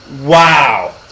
Wow